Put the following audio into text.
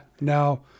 Now